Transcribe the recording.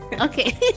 Okay